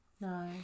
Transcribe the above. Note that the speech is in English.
No